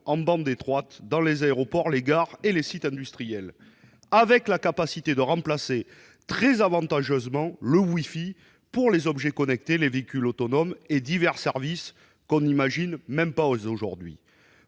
en bande étroite, dans les aéroports, les gares et les sites industriels, avec la possibilité de remplacer très avantageusement le WiFi pour les objets connectés, les véhicules autonomes et divers services que l'on n'imagine même pas aujourd'hui.